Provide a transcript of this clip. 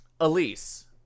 elise